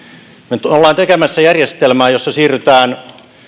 me olemme tekemässä järjestelmää jossa siirrytään